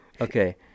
Okay